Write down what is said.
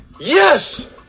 yes